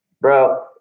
bro